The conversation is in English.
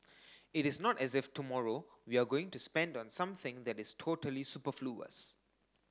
it is not as if tomorrow we are going to spend on something that is totally superfluous